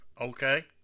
okay